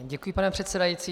Děkuji, pane předsedající.